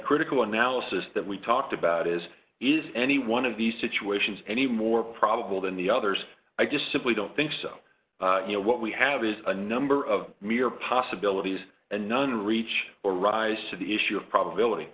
critical analysis that we talked about is is any one of these situations any more probable than the others i just simply don't think so you know what we have is a number of mere possibilities and none reach or rise to the issue of probability